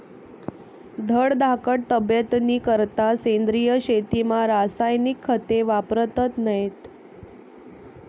धडधाकट तब्येतनीकरता सेंद्रिय शेतीमा रासायनिक खते वापरतत नैत